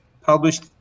Published